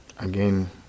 Again